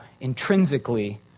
intrinsically